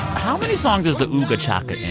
how many songs is the ooga-chaka in?